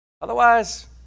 Otherwise